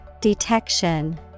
Detection